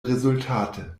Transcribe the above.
resultate